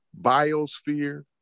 biosphere